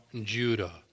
Judah